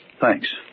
Thanks